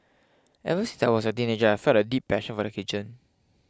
ever since I was a teenager I felt a deep passion for the kitchen